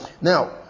Now